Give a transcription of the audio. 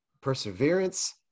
perseverance